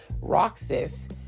Roxas